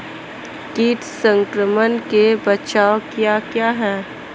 कीट संक्रमण के बचाव क्या क्या हैं?